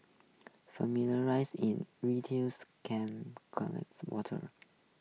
familiar rise in camps collects water